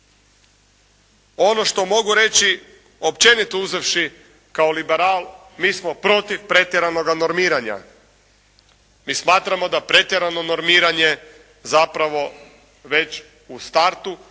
Ono što mogu reći općenito uzevši kao liberal mi smo protiv pretjeranoga normiranja. Mi smatramo da pretjerano normiranje zapravo već u startu